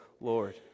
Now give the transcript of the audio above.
Lord